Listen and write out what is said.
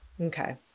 okay